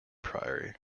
priory